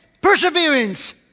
Perseverance